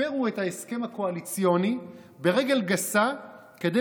הפרו את ההסכם הקואליציוני ברגל גסה כדי